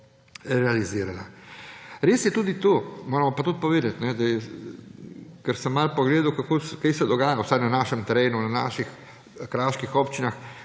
realizirala. Res je tudi to, moramo pa tudi povedati, ker sem malo pogledal, kaj se dogaja vsaj na našem terenu, v naših kraških občinah,